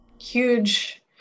huge